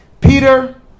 Peter